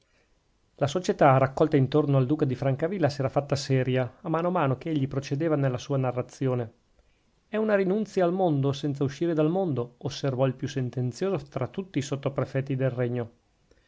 la società raccolta intorno al duca di francavilla s'era fatta seria a mano a mano che egli procedeva nella sua narrazione è una rinunzia al mondo senza uscire dal mondo osservò il più sentenzioso tra tutti i sottoprefetti del regno